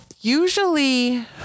usually